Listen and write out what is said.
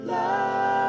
Love